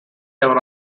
ever